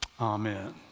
Amen